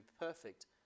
perfect